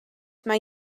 mae